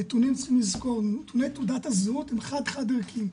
צריך לזכור, נתוני תעודת הזהות הם חד-חד ערכיים.